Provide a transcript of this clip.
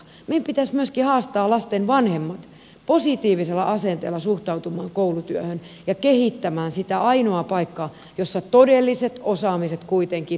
meidän pitäisi myöskin haastaa lasten vanhemmat suhtautumaan positiivisella asenteella koulutyöhön ja kehittämään sitä ainoaa paikkaa jossa todelliset osaamiset kuitenkin loppuviimeksi rakennetaan